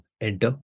enter